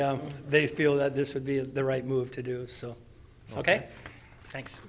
they feel that this would be the right move to do so ok thanks